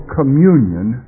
communion